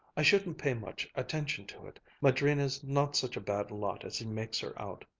i shouldn't pay much attention to it. madrina's not such a bad lot as he makes her out.